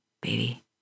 baby